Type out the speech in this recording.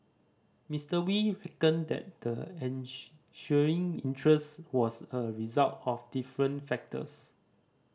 Mister Wee reckoned that the ensuing interest was a result of different factors